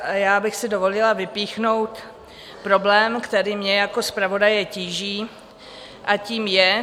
Já bych si dovolila vypíchnout problém, který mě jako zpravodaje tíží, a tím je...